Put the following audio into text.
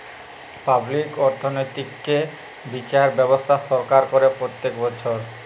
public অর্থনৈতিক্যে বিচার ব্যবস্থা সরকার করে প্রত্যক বচ্ছর